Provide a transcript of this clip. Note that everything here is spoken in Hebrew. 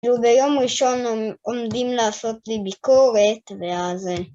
ביום ראשון עומדים לעשות לי ביקורת, ואז...